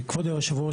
כבוד היושב ראש,